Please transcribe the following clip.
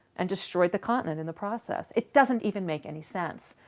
and destroyed the continent in the process. it doesn't even make any sense!